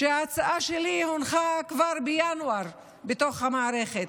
ההצעה שלי הונחה כבר בינואר בתוך המערכת.